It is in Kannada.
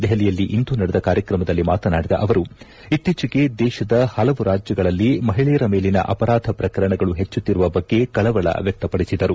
ದೆಹಲಿಯಲ್ಲಿ ಇಂದು ನಡೆದ ಕಾರ್ಯಕ್ರಮದಲ್ಲಿ ಮಾತನಾಡಿದ ಅವರು ಇತ್ತೀಚೆಗೆ ದೇಶದ ಹಲವು ರಾಜ್ಯಗಳಲ್ಲಿ ಮಹಿಳೆಯರ ಮೇಲಿನ ಅಪರಾಧ ಪ್ರಕರಣಗಳು ಹೆಚ್ಚುತ್ತಿರುವ ಬಗ್ಗೆ ಕಳವಳ ವ್ಯಕ್ತಪಡಿಸಿದರು